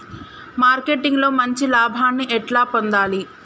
Marketing లో మంచి లాభాల్ని ఎట్లా పొందాలి?